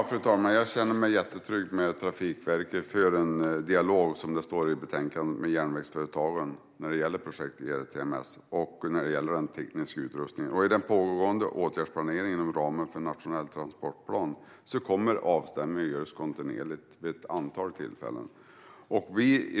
Fru talman! Jag känner mig jättetrygg med att Trafikverket, som det står i betänkandet, för en dialog med järnvägsföretagen när det gäller projektet ERTMS och den tekniska utrustningen. I den pågående åtgärdsplaneringen inom ramen för nationell transportplan kommer avstämningar att göras kontinuerligt vid ett antal tillfällen.